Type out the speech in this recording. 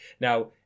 Now